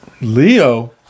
Leo